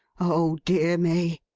oh dear me